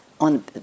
on